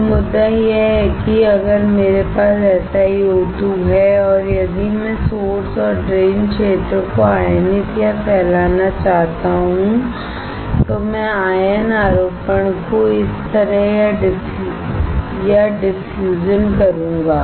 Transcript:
तो मुद्दा यह है कि अगर मेरे पास SiO2 है और यदि मैं सोर्स और ड्रेन क्षेत्र को आयनित या डिफ्यूज करना चाहता हूं तो मैं आयन आरोपण को इस तरह या डिफ्यूजन करूंगा